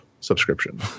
subscription